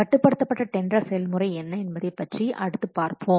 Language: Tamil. கட்டுப்படுத்தப்பட்ட டெண்டர் செயல்முறை என்ன என்பதை பற்றி அடுத்து பார்ப்போம்